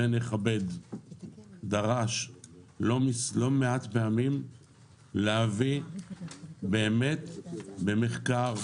דרש לא מעט פעמים להביא במחקר,